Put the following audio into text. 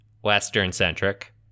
Western-centric